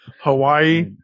Hawaii